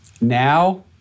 now—